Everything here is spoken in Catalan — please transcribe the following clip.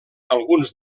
alguns